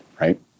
right